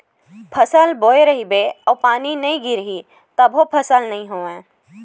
फसल बोए रहिबे अउ पानी नइ गिरिय तभो फसल नइ होवय